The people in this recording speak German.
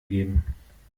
geben